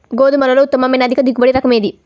గోధుమలలో ఉత్తమమైన అధిక దిగుబడి రకం ఏది?